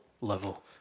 level